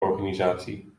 organisatie